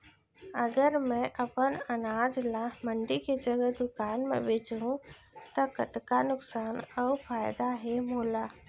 अगर मैं अपन अनाज ला मंडी के जगह दुकान म बेचहूँ त कतका नुकसान अऊ फायदा हे मोला?